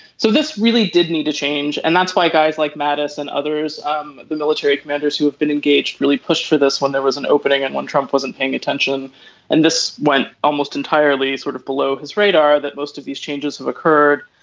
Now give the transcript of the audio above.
so this really did need to change and that's why guys like mattis and others um the military commanders who have been engaged really pushed for this when there was an opening and when trump wasn't paying attention and this went almost entirely sort of below his radar that most of these changes have occurred.